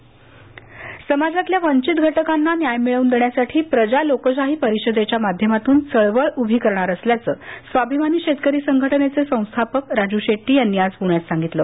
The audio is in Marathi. शेट्टी समाजातल्या वंचित घटकांना न्याय मिळवून देण्यासाठी प्रजा लोकशाही परिषेदेच्या माध्यमातून चळवळ उभी करणार असल्याचं स्वाभिमानी शेतकरी संघटनेचे संस्थापक राजू शेट्टी यांनी आज पूण्यात सांगितलं